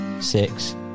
six